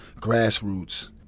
grassroots